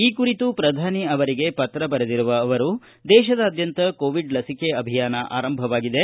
ಈ ಕುರಿತು ಪ್ರಧಾನಿ ಅವರಿಗೆ ಪತ್ರ ಬರೆದಿರುವ ಅವರು ದೇಶದಾದ್ಯಂತ ಕೋವಿಡ್ ಲಸಿಕೆ ಅಭಿಯಾನ ಆರಂಭವಾಗಿದೆ